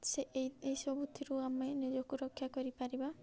ସେ ଏ ଏସବୁଥିରୁ ଆମେ ନିଜକୁ ରକ୍ଷା କରିପାରିବା